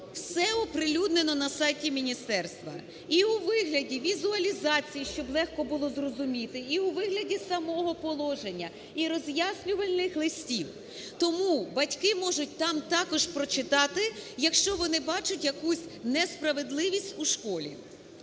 все оприлюднено на сайті міністерства і у вигляді візуалізації, щоб легко було зрозуміти, і у вигляді самого положення, і роз'яснювальних листів. Тому батьки можуть там також прочитати, якщо вони бачать якусь несправедливість у школі.